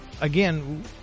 Again